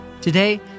Today